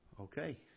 Okay